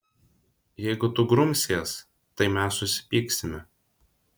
jeigu tu grumsies tai mes susipyksime